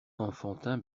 enfantin